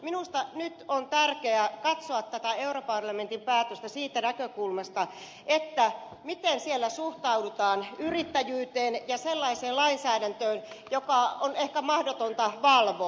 minusta nyt on tärkeää katsoa tätä europarlamentin päätöstä siitä näkökulmasta miten siellä suhtaudutaan yrittäjyyteen ja sellaiseen lainsäädäntöön jota on ehkä mahdotonta valvoa